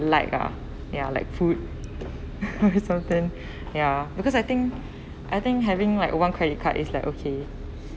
like lah ya like food something ya because I think I think having like one credit card is like okay